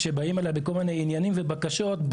כשבאים אליי בכל מיני עניינים ובקשות,